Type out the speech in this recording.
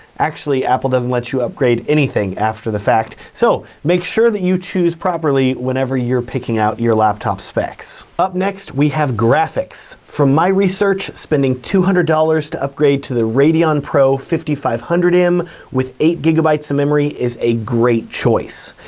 actually, apple doesn't let you upgrade anything after the fact. so, make sure that you choose properly whenever you're picking out your laptop specs. up next, we have graphics. from my research, spending two hundred dollars to upgrade to the radeon pro five thousand five hundred m with eight gigabytes of memory is a great choice.